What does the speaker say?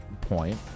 point